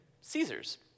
Caesar's